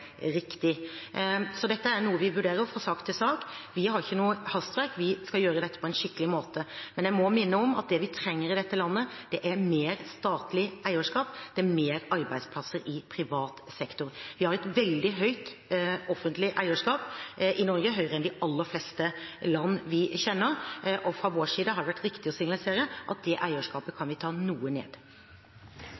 riktig. Så dette er noe vi vurderer fra sak til sak. Vi har ikke noe hastverk, vi skal gjøre dette på en skikkelig måte. Men jeg må minne om at det vi trenger i dette landet, mer enn statlig eierskap, det er flere arbeidsplasser i privat sektor. Vi har et veldig høyt offentlig eierskap i Norge, høyere enn de aller fleste land vi kjenner, og fra vår side har det vært riktig å signalisere at det eierskapet kan